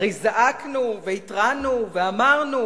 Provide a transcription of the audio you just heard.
הרי זעקנו והתרענו ואמרנו,